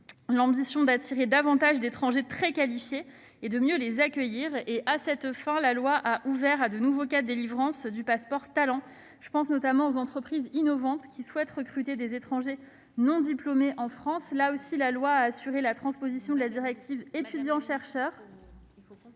est d'attirer davantage d'étrangers très qualifiés et de mieux les accueillir. À cette fin, la loi a ouvert de nouveaux cas de délivrance du passeport talent. Je pense aux entreprises innovantes souhaitant recruter des étrangers non diplômés en France : la loi a ainsi assuré la transposition de la directive concernant